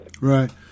Right